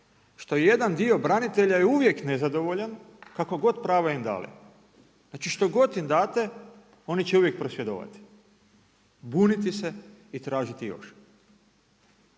što jedan dio branitelja je uvijek nezadovoljan kakva god prava im dali, znači što god im date oni će uvijek prosvjedovati, buniti se i tražiti još.